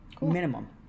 minimum